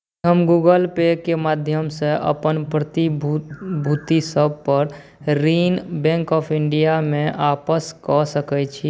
हम Google Pay के माध्यमसँ हम अपन प्रतिभूतिसभ पर ऋण बैंक ऑफ इण्डियामे वापस कऽ सकैत छी